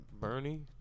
bernie